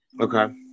Okay